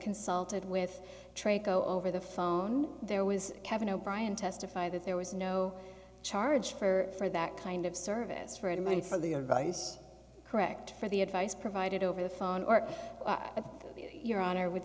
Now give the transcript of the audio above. consulted with trade go over the phone there was kevin o'brien testify that there was no charge for that kind of service for any money for the advice correct for the advice provided over the phone or of your honor would